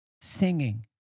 singing